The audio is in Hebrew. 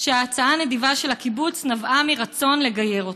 שההצעה הנדיבה של הקיבוץ נבעה מרצון לגייר אותי.